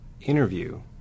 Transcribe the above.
interview